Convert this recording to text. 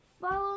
Follow